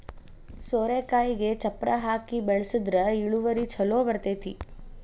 ಸೋರೆಕಾಯಿಗೆ ಚಪ್ಪರಾ ಹಾಕಿ ಬೆಳ್ಸದ್ರ ಇಳುವರಿ ಛಲೋ ಬರ್ತೈತಿ